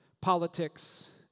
politics